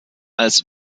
als